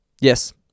Yes